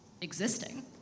existing